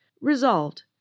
resolved